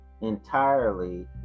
entirely